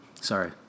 Sorry